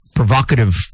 provocative